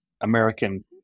American